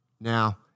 Now